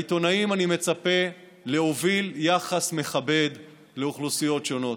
מהעיתונאים אני מצפה להוביל יחס מכבד לאוכלוסיות שונות,